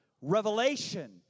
revelation